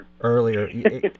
earlier